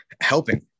helping